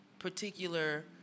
particular